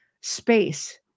space